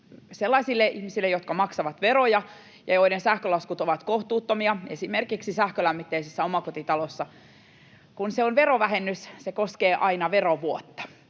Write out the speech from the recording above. sellaisille ihmisille, jotka maksavat veroja ja joiden sähkölaskut ovat kohtuuttomia — esimerkiksi sähkölämmitteisessä omakotitalossa — kun on verovähennys, niin se koskee aina verovuotta,